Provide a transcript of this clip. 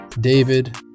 David